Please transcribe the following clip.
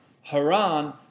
Haran